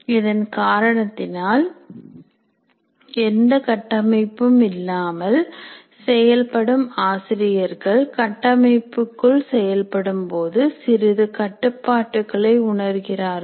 இதன் காரணத்தினால் எந்த கட்டமைப்பும் இல்லாமல் செயல்படும் ஆசிரியர்கள் கட்டமைப்புக்குள் செயல்படும் போது சிறிது கட்டுப்பாடுகளை உணர்கிறார்கள்